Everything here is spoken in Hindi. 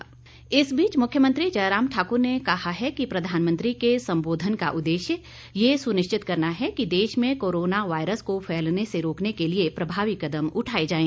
मुख्यमंत्री इस बीच मुख्यमंत्री जयराम ठाकुर ने कहा है कि प्रधानमंत्री के संबोधन का उद्देश्य यह सुनिश्चित करना है कि देश में कोरोना वायरस को फैलने से रोकने के लिए प्रभावी कदम उठाए जाएं